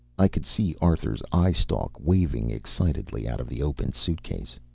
i could see arthur's eye-stalk waving excitedly out of the opened suitcase.